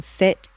fit